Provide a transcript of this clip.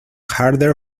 harder